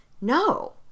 No